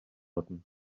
бодно